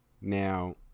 Now